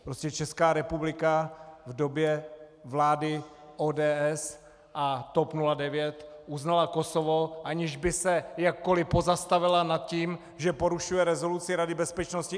Prostě Česká republika v době vlády ODS a TOP 09 uznala Kosovo, aniž by se jakkoli pozastavila nad tím, že porušuje rezoluci Rady bezpečnosti.